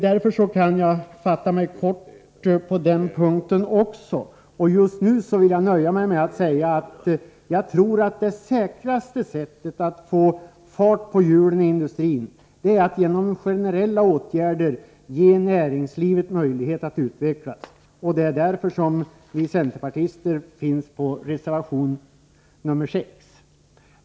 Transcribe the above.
Därför kan jag fatta mig kort också på den punkten. Just nu vill jag nöja mig med att säga att det säkraste sättet att få fart på hjulen i industrin är att genom generella åtgärder ge näringslivet möjlighet att utvecklas. Det är därför som vi centerpartister är med om reservation nr 6.